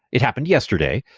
it happened yesterday,